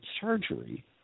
surgery